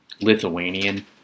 Lithuanian